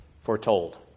foretold